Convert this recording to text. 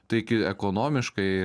taigi ekonomiškai